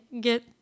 get